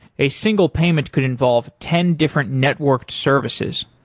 a single payment could involve ten different networked services.